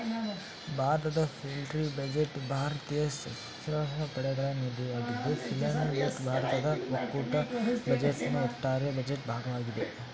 ಭಾರತದ military budget ಭಾರತೀಯ ಸಶಸ್ತ್ರ ಪಡೆಗಳ ನಿಧಿಗಾಗಿ ಮೀಸಲಿಟ್ಟ ಭಾರತದ ಒಕ್ಕೂಟ ಬಜೆಟ್ನ ಒಟ್ಟಾರೆ ಬಜೆಟ್ ಭಾಗವಾಗಿದೆ